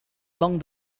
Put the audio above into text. along